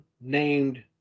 named